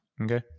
Okay